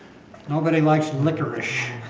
nobody likes licorice.